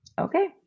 Okay